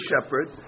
shepherd